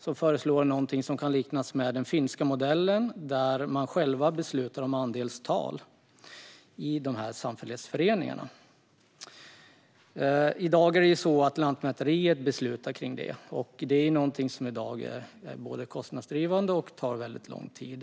De föreslår något som kan liknas vid den finska modellen där samfällighetsföreningarna själva beslutar om andelstal. I dag är det Lantmäteriet som beslutar om det. Det är både kostnadsdrivande och tar lång tid.